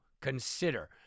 consider